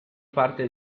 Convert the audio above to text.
parte